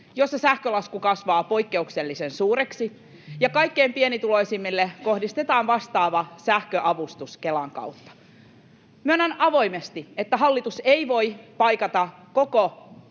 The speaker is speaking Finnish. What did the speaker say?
joissa sähkölasku kasvaa poikkeuksellisen suureksi, ja kaikkein pienituloisimmille kohdistetaan vastaava sähköavustus Kelan kautta. Myönnän avoimesti, että hallitus ei voi paikata koko riskiä